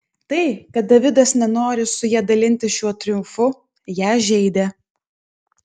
tai kad davidas nenori su ja dalintis šiuo triumfu ją žeidė